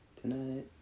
tonight